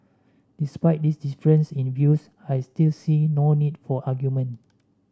despite this difference in views I still seeing no need for argument